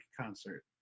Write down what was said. concert